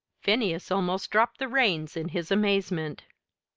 phineas almost dropped the reins in his amazement.